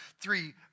three